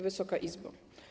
Wysoka Izbo!